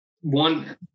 one